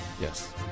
Yes